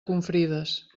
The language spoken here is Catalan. confrides